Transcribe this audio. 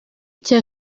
cya